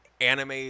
anime